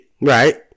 Right